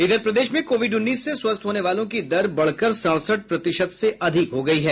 इधर प्रदेश में कोविड उन्नीस से स्वस्थ होने वालों की दर बढ़कर सड़सठ प्रतिशत से अधिक हो गयी है